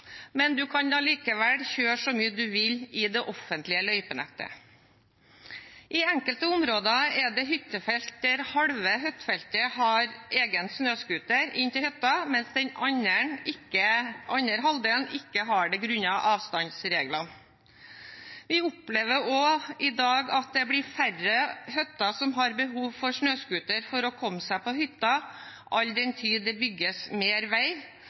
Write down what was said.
men man kan likevel kjøre så mye man vil i det offentlige løypenettet. I enkelte områder er det hyttefelt der halve hyttefeltet har egen snøscooter inn til hytta, mens den andre halvdelen ikke har det, på grunn av avstandsreglene. Vi opplever i dag at det er færre hytter som har behov for snøscooter for å komme seg på hytta, all den tid det bygges mer vei.